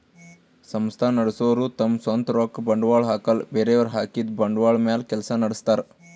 ಸಂಸ್ಥಾ ನಡಸೋರು ತಮ್ ಸ್ವಂತ್ ರೊಕ್ಕ ಬಂಡ್ವಾಳ್ ಹಾಕಲ್ಲ ಬೇರೆಯವ್ರ್ ಹಾಕಿದ್ದ ಬಂಡ್ವಾಳ್ ಮ್ಯಾಲ್ ಕೆಲ್ಸ ನಡಸ್ತಾರ್